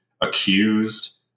accused